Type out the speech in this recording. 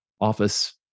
office